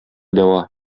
дәва